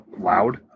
loud